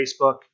Facebook